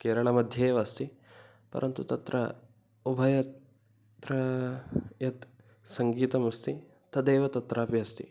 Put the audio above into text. केरळमध्येव अस्ति परन्तु तत्र उभयत्र यत् सङ्गीतमस्ति तदेव तत्रापि अस्ति